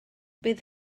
bydd